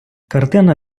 картина